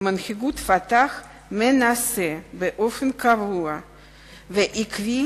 מנהיגות "פתח" מנסה באופן קבוע ועקבי